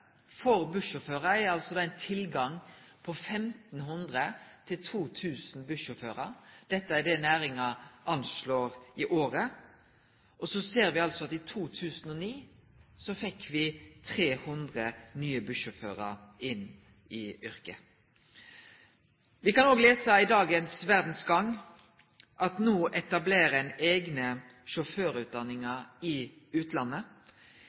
for 65 pst. av kollektivreisene i dette landet, og er såleis stammen innanfor kollektivreiser i Noreg. Behovet er altså 1 500–2 000 bussjåførar i året – dette er det næringa anslår – og så ser me altså at me i 2009 fekk 300 nye bussjåførar inn i yrket. Me kan òg lese i dagens VG at no etablerer ein eigne sjåførutdanningar i